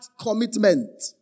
commitment